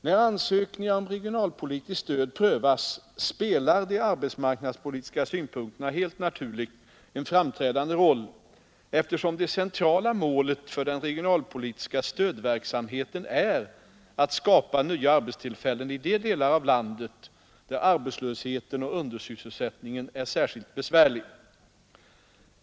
När ansökningar om regionalpolitiskt stöd prövas spelar de arbetsmarknadspolitiska synpunkterna helt naturligt en framträdande roll, eftersom det centrala målet för den regionalpolitiska stödverksamheten är att skapa nya arbetstillfällen i de delar av landet där arbetslösheten och undersysselsättningen är särskilt besvärliga.